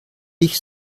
ich